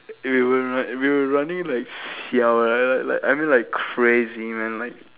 we were run we were running like siao like that like I mean like crazy man like